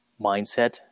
mindset